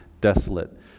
desolate